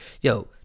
Yo